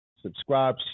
subscribe